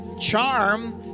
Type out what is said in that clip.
Charm